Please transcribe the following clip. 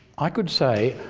i could say